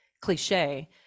cliche